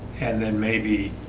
and then maybe